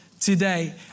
today